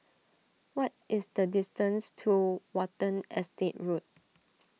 what is the distance to Watten Estate Road